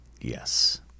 Yes